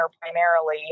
primarily